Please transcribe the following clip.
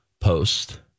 post